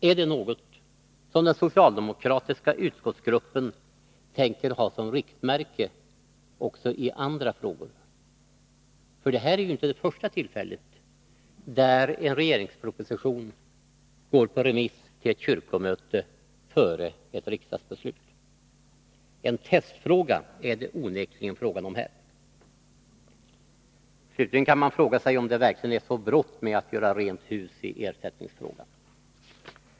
Är det något som den socialdemokratiska utskottsgruppen tänker ha som riktmärke också i andra frågor? Det här är det första tillfälle då en regeringsproposition går på remiss till ett kyrkomöte före ett riksdagsbeslut. En testfråga är det onekligen fråga om här. Slutligen kan man fråga sig om det verkligen är så brått med att göra rent hus i ersättningsfrågan.